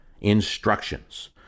instructions